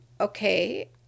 okay